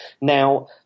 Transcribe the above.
Now